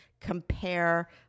compare